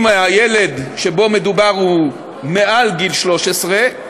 אם הילד שבו מדובר הוא מעל גיל 13,